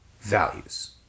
values